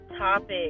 topic